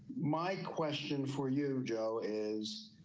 my question for you, joe is